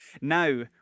Now